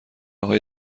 های